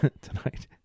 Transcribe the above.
tonight